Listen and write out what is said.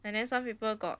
and then some people got